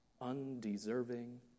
undeserving